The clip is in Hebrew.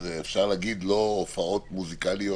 אפשר לומר לא הופעות מוזיקליות,